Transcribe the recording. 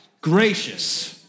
gracious